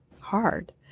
hard